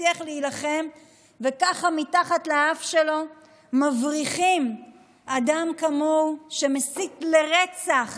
הבטיח להילחם וככה מתחת לאף שלו מבריחים אדם כמו שמסית לרצח